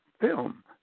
film